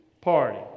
party